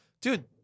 Dude